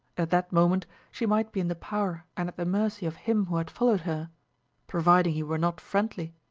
at that moment she might be in the power and at the mercy of him who had followed her providing he were not friendly.